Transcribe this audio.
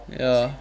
ya